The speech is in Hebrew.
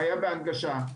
בהנגשה.